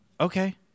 Okay